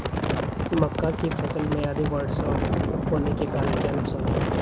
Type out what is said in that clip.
मक्का की फसल में अधिक वर्षा होने के कारण क्या नुकसान होगा?